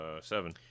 seven